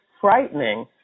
frightening